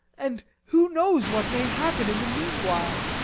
and who knows what may happen in the meanwhile?